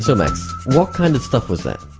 so max, what kind of stuff was that?